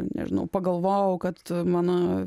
nežinau pagalvojau kad mano